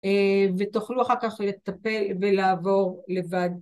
ותוכלו אחר כך לטפל ולעבור לבד.